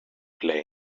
play